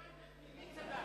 לא הבנתי מי צדק,